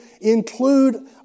include